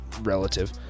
relative